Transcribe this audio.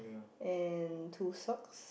and two socks